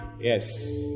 Yes